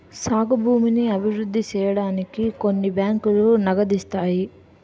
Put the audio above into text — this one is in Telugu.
సాగు భూమిని అభివృద్ధి సేయడానికి కొన్ని బ్యాంకులు నగదిత్తాయి